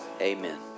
amen